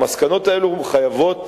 המסקנות האלה חייבות